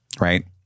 right